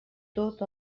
tot